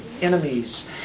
Enemies